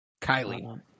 Kylie